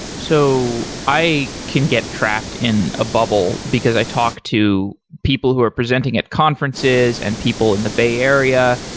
so i can get trapped in a bubble, because i talk to people who are presenting at conferences and people in the bay area,